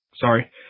sorry